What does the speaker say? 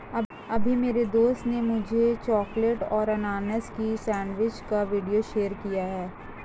अभी मेरी दोस्त ने मुझे चॉकलेट और अनानास की सेंडविच का वीडियो शेयर किया है